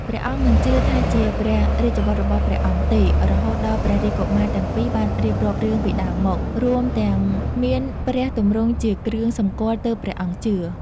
ព្រះអង្គមិនជឿថាជាព្រះរាជបុត្ររបស់ព្រះអង្គទេ រហូតដល់ព្រះរាជកុមារទាំងពីរបានរៀបរាប់រឿងពីដើមមក រួមទាំងមានព្រះទម្រង់ជាគ្រឿងសម្គាល់ ទើបព្រះអង្គជឿ។